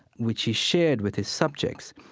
which he shared with his subjects.